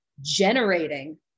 generating